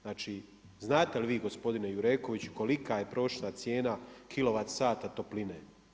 Znači, znate li vi gospodine Jurekoviću kolika je prošla cijena kilovat sata topline?